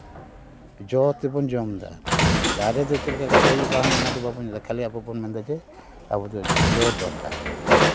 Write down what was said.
ᱡᱚ ᱛᱮᱫᱵᱚᱱ ᱡᱚᱢ ᱫᱟ ᱫᱟᱨᱮ ᱫᱚ ᱪᱮᱫ ᱞᱮᱠᱟ ᱠᱟᱛᱮᱫ ᱦᱩᱭᱩᱜᱼᱟ ᱵᱟᱝ ᱦᱩᱭᱩᱜᱼᱟ ᱚᱱᱟᱫᱚ ᱵᱟᱵᱚᱱ ᱧᱮᱞᱫᱟ ᱠᱷᱟᱹᱞᱤ ᱟᱵᱚ ᱵᱚᱱ ᱢᱮᱱᱫᱟ ᱡᱮ ᱟᱵᱚᱫᱚ ᱡᱚ ᱫᱚᱨᱠᱟᱨ